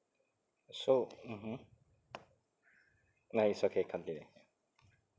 so mmhmm nice okay